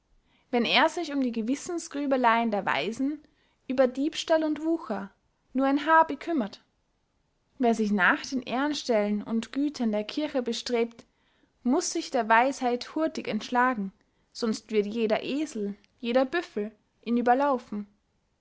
wenn er sich um die gewissensgrübeleyen der weisen über diebstal und wucher nur ein haar bekümmert wer sich nach den ehrenstellen und gütern der kirche bestrebt muß sich der weisheit hurtig entschlagen sonst wird jeder esel jeder büffel ihn überlaufen